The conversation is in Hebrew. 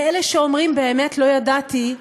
לאלה שאומרים: באמת לא ידעתי,